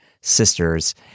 Sisters